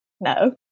No